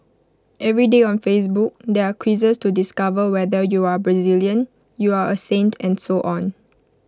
every day on Facebook there are quizzes to discover whether you are Brazilian you are A saint and so on